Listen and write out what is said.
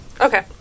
Okay